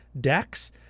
decks